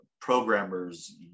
programmers